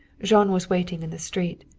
jean was waiting in the street,